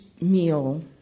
meal